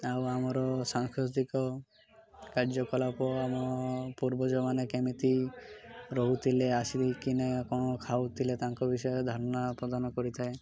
ଆଉ ଆମର ସାଂସ୍କୃତିକ କାର୍ଯ୍ୟକଳାପ ଆମ ପୂର୍ବଜ ମାନେ କେମିତି ରହୁଥିଲେ ଆସିକ ନା କ'ଣ ଖାଉଥିଲେ ତାଙ୍କ ବିଷୟରେ ଧାନଣା ପ୍ରଦାନ କରିଥାଏ